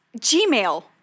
Gmail